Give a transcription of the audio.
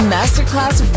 Masterclass